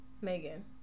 Megan